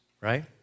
right